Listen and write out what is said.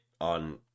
on